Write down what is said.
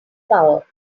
power